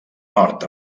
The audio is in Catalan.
nord